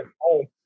home